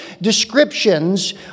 descriptions